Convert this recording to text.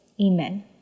Amen